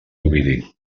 ovidi